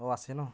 অ' আছে ন